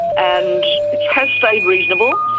and it has stayed reasonable,